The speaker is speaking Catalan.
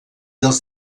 dels